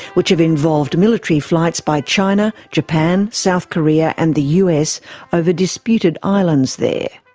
which have involved military flights by china, japan, south korea and the us over disputed islands there.